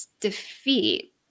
defeat